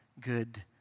good